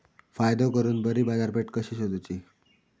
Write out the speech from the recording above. फायदो करून बरी बाजारपेठ कशी सोदुची?